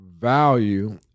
value